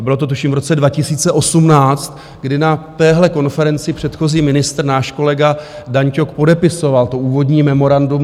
Bylo to, tuším, v roce 2018, kdy na téhle konferenci předchozí ministr, náš kolega Dan Ťok, podepisoval úvodní memorandum s EIB.